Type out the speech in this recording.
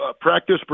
practice